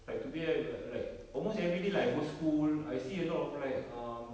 like today I li~ like almost everyday like go school I see a lot of like um